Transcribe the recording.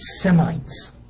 Semites